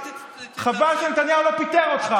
חבל שנתניהו לא פיטר אותך.